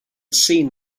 seen